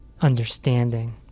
understanding